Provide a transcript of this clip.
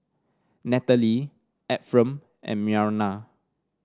Nathalie Ephram and Myrna